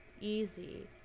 easy